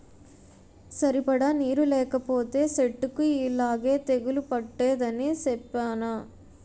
సరిపడా నీరు లేకపోతే సెట్టుకి యిలాగే తెగులు పట్టేద్దని సెప్పేనా?